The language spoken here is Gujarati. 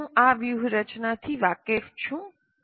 શું હું આ વ્યૂહરચનાથી વાકેફ છું